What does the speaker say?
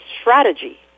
strategy